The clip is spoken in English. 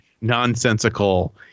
nonsensical